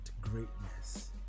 greatness